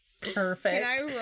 Perfect